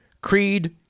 creed